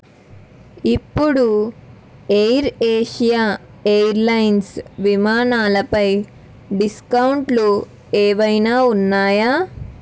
ఇప్పుడు AirAsia airlines విమానాలపై డిస్కౌంట్లు ఏవైనా ఉన్నాయా